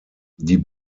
die